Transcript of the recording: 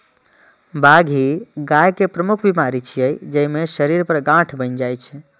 बाघी गाय के प्रमुख बीमारी छियै, जइमे शरीर पर गांठ बनि जाइ छै